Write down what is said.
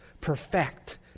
perfect